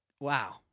Wow